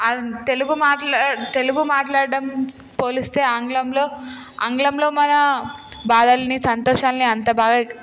తెలుగు మాట్లాడ తెలుగు మాట్లాడడం పోలిస్తే ఆంగ్లంలో ఆంగ్లంలో మన బాధల్ని సంతోషాన్ని అంత బాగా